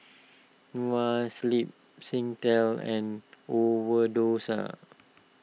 Noa Sleep Singtel and Overdose